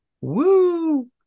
Woo